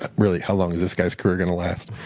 really, how long is this guy's career going to last?